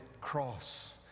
cross